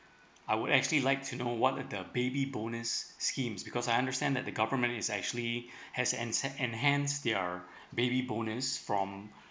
I would actually like to know what are the baby bonus schemes because I understand that the government is actually has an enhanced their baby bonus from